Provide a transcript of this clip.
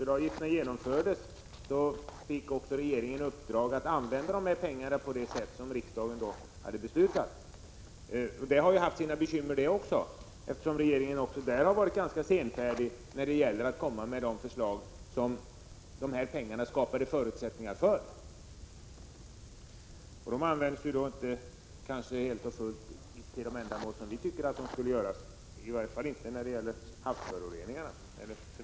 När man fattade beslut om en handelsgödselavgift fick regeringen i uppdrag att använda dessa pengar i enlighet med riksdagsbeslutet. Det har också medfört bekymmer, eftersom regeringen även i det sammanhanget varit ganska senfärdig med att komma med förslag till åtgärder som pengarna skapade förutsättningar för. Pengarna användes kanske inte helt och fullt till de ändamål som vi tycker att de borde ha använts till, i alla fall inte när det gäller att minska havsföroreningarna.